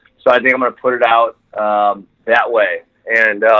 so, i think i'm gonna put it out that way. and,